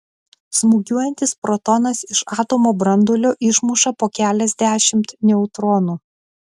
smūgiuojantis protonas iš atomo branduolio išmuša po keliasdešimt neutronų